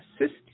assist